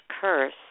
curse